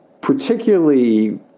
particularly